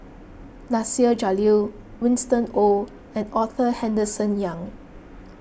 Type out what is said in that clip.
Nasir Jalil Winston Oh and Arthur Henderson Young